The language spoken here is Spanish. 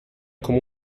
como